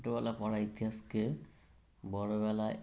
ছোটোবেলা পড়া ইতিহাসকে বড়োবেলায়